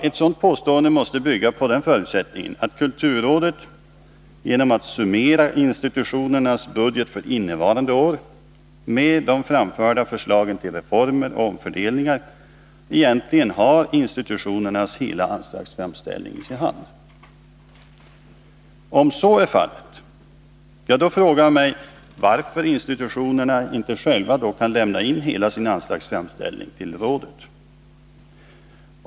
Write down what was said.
Ett sådant påstående måste bygga på den förutsättningen att kulturrådet genom att summera institutionernas budget för innevarande år med de framförda förslagen till reformer och omfördelningar egentligen har institutionernas hela anslagsframställning i sin hand. Om så är fallet, då frågar jag mig varför institutionerna inte själva kan lämna in hela sin anslagsframställning till kulturrådet.